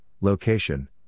location